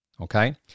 okay